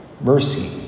Mercy